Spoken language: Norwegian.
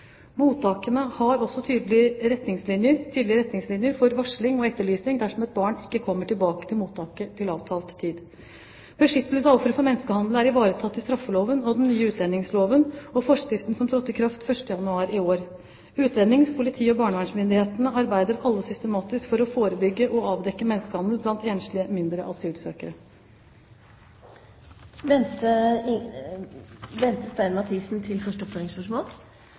Mottakene har også tydelige retningslinjer for varsling og etterlysning dersom et barn ikke kommer tilbake til mottaket til avtalt tid. Beskyttelse av ofre for menneskehandel er ivaretatt i straffeloven og den nye utlendingsloven og i forskriften som trådte i kraft 1. januar i år. Utlendings-, politi- og barnevernsmyndighetene arbeider alle systematisk for å forebygge og avdekke menneskehandel blant enslige